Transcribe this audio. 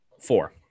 Four